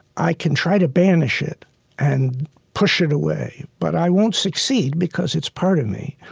i can try to banish it and push it away, but i won't succeed because it's part of me.